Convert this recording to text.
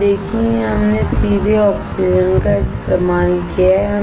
आप देखिए यहां हमने सीधे ऑक्सीजन का इस्तेमाल किया है